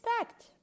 expect